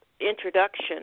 introduction